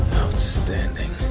outstanding